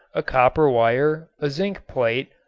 a copper wire, a zinc plate,